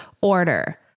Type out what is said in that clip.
order